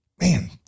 man